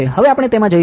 હવે આપણે તેમાં જઈશું